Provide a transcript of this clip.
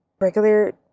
regular